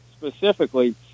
specifically